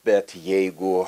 bet jeigu